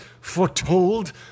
foretold